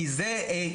כי זה נקודות,